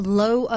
low